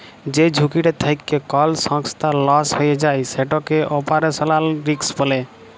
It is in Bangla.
যে ঝুঁকিটা থ্যাকে কল সংস্থার লস হঁয়ে যায় সেটকে অপারেশলাল রিস্ক ব্যলে